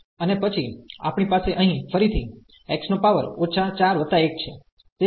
અને પછી આપણી પાસે અહીં ફરીથી x−41 છે તેથી આ 13 છે